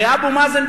הרי אבו מאזן,